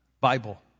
Bible